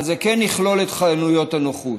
אבל זה כן יכלול את חנויות הנוחות.